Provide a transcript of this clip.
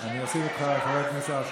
אני אוסיף את חבר הכנסת.